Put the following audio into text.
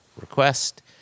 request